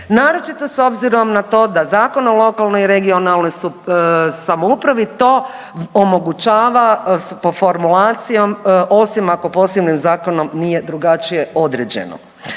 naročito s obzirom na to da Zakon o lokalnoj i regionalnoj samoupravi to omogućava po formulacijom osim ako posebnim zakonom nije drugačije određeno.